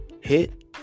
Hit